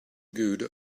good